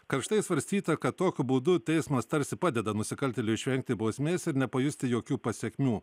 karštai svarstyta kad tokiu būdu teismas tarsi padeda nusikaltėliui išvengti bausmės ir nepajusti jokių pasekmių